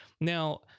Now